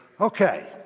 okay